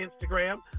instagram